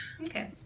Okay